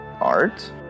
art